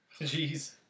Jeez